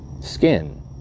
Skin